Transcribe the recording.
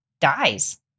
dies